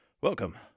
Welcome